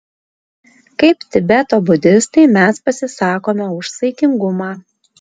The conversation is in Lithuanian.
kaip tibeto budistai mes pasisakome už saikingumą